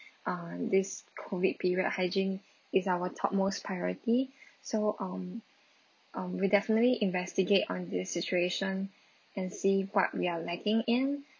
um this COVID period hygiene is our top most priority so um um we'll definitely investigate on this situation and see what we are lacking in